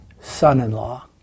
son-in-law